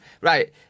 right